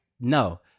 No